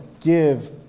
give